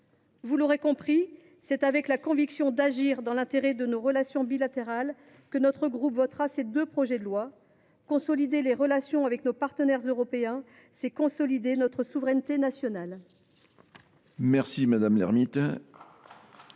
vous l’aurez compris : c’est avec la conviction d’agir dans l’intérêt de nos relations bilatérales que les élus de notre groupe voteront ce projet de loi. Consolider nos relations avec nos partenaires européens, c’est renforcer notre souveraineté nationale.